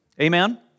Amen